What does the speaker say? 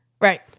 Right